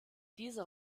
dieser